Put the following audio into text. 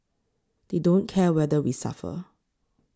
they don't care whether we suffer